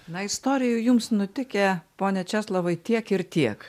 na istorijų jums nutikę pone česlovai tiek ir tiek